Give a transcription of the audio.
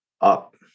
up